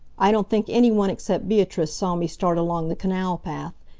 i don't think any one except beatrice saw me start along the canal path,